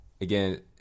Again